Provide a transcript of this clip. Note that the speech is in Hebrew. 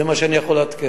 זה מה שאני יכול לעדכן.